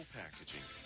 packaging